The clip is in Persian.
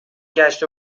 گشت